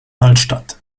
altstadt